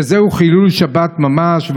שזה חילול שבת ממש,